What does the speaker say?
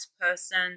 person